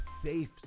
safe